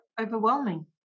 overwhelming